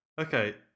Okay